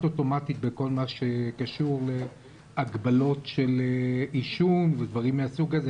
אוטומטית בכל מה שקשור להגבלות של עישון ודברים מסוג זה,